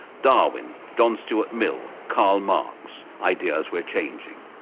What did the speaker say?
darwin, john stuart mill, karl marx ideas were changing.